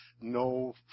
no